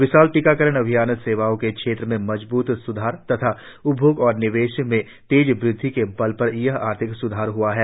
विशाल टीकाकरण अभियान सेवाओं के क्षेत्र में मजबूत स्धार तथा उपभोग और निवेश में तेज वृद्धि के बल पर यह आर्थिक स्धार हुआ है